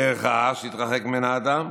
איזוהי דרך רעה שיתרחק ממנה האדם?